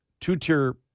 two-tier